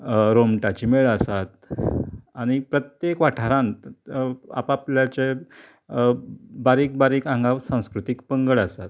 रोमटाचे मेळ आसात आनी प्रत्येक वाठारांत आपापल्याचे बारीक बारीक हांगा सांस्कृतीक पंगड आसात